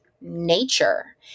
nature